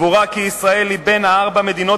סבורה כי ישראל היא בין ארבע המדינות